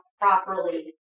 properly